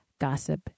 gossip